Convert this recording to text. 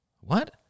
What